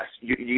yes